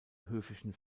höfischen